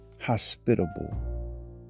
Hospitable